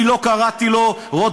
אני לא קראתי לו רוטוויילר,